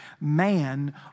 man